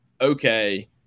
Okay